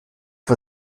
war